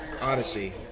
odyssey